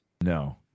No